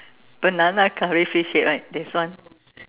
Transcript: banana curry fish head right there's one